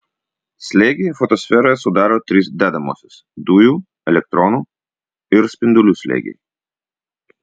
slėgį fotosferoje sudaro trys dedamosios dujų elektronų ir spindulių slėgiai